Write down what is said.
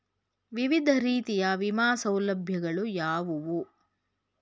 ವಿವಿಧ ರೀತಿಯ ವಿಮಾ ಸೌಲಭ್ಯಗಳು ಯಾವುವು?